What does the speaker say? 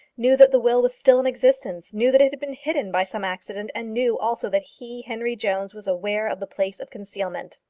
knew that the will was still in existence, knew that it had been hidden by some accident, and knew also that he, henry jones, was aware of the place of concealment.